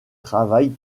travaille